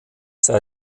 sei